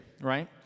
right